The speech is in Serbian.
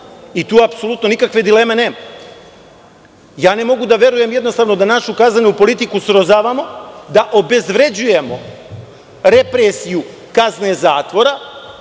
i tu apsolutno nikakve dileme nema. Jednostavno ne mogu da verujem jednostavno da našu kaznenu politiku srozavamo, da obezvređuje represiju kazne zatvora